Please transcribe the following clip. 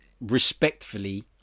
respectfully